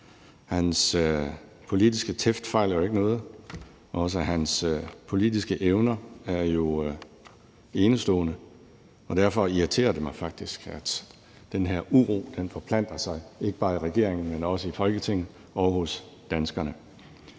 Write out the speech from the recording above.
Hans politiske tæft fejler jo ikke noget, og hans politiske evner er enestående, og derfor irriterer det mig faktisk, at den her uro forplanter sig, ikke bare i regeringen, men også i Folketinget og hos danskerne.